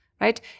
right